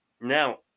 Now